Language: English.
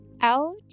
out